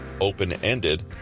open-ended